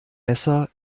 messer